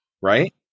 Right